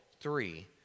three